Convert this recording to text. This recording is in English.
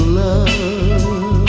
love